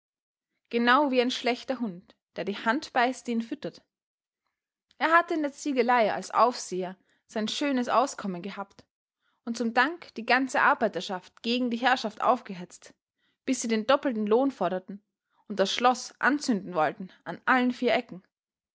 genau wie ein schlechter hund der die hand beißt die ihn füttert er hatte in der ziegelei als aufseher sein schönes auskommen gehabt und zum dank die ganze arbeiterschaft gegen die herrschaft aufgehetzt bis sie den doppelten lohn forderten und das schloß anzünden wollten an allen vier ecken